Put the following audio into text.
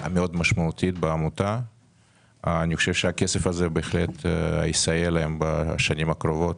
מאוד משמעותית ואני חושב שהכסף הזה בהחלט יסייע להן בשנים הקרובות.